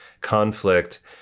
conflict